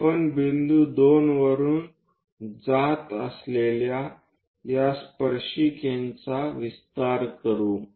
आपण बिंदू 2 वरून जात असलेल्या या स्पर्शिकेचा विस्तार करू